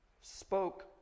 spoke